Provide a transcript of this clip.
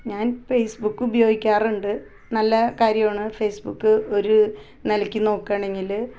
ഞാൻ ഫേസ്ബുക്ക് ഉപയോഗിക്കാറുണ്ട് നല്ല കാര്യമാണ് ഫേസ്ബുക്ക് ഒരു നിലക്ക് നോക്കാണെങ്കിൽ